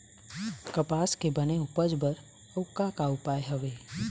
कपास के बने उपज बर अउ का का उपाय हवे?